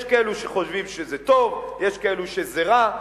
יש כאלו שחושבים שזה טוב, יש כאלו שחושבים שזה רע.